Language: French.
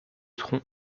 tronc